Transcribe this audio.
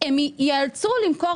ועד שסגרו את המשכנתא,